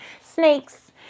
snakes